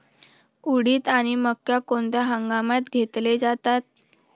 उडीद आणि मका कोणत्या हंगामात घेतले जातात?